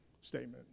statement